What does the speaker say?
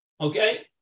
Okay